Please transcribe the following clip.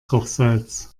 kochsalz